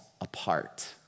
apart